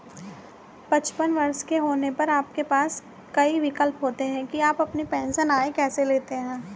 पचपन वर्ष के होने पर आपके पास कई विकल्प होते हैं कि आप अपनी पेंशन आय कैसे लेते हैं